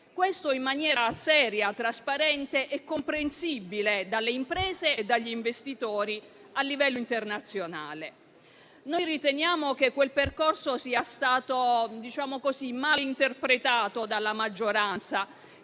questo in maniera seria, trasparente e comprensibile dalle imprese e dagli investitori a livello internazionale. Noi riteniamo che quel percorso sia stato male interpretato dalla maggioranza